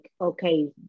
okay